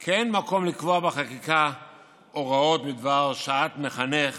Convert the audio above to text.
כי אין מקום לקבוע בחקיקה הוראות בדבר שעת מחנך